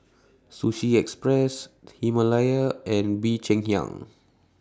Sushi Express Himalaya and Bee Cheng Hiang